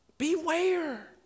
Beware